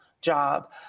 job